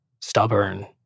stubborn